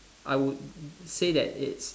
I would say that it's